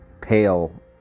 pale